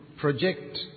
project